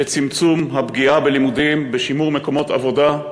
בצמצום הפגיעה בלימודים, בשימור מקומות עבודה,